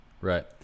right